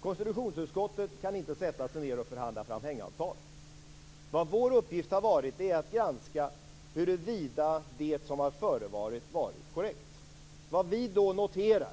Konstitutionsutskottet kan inte förhandla fram hängavtal. Vår uppgift har varit att granska huruvida det som har förevarit har varit korrekt. Vi noterar